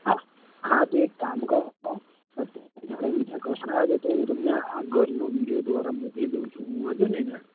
હા હા તો એક કામ અત્યારે મારે બીજા કસ્ટમર આવ્યાં છે તો હું તમને આ ઘરનો વિડિયો દ્વારા મોકલી દઉં છું વાંધો નહીંને